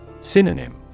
Synonym